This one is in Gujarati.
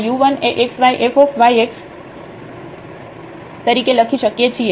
તેથી આ ફંક્શન એ 2 ઓર્ડર નું હોમોજિનિયસ ફંક્શન છે કારણ કે તેને આપણે ફરીથી x2yx અને આ fyx તરીકે લખી શકીએ છીએ